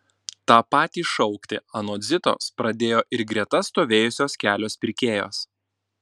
tą patį šaukti anot zitos pradėjo ir greta stovėjusios kelios pirkėjos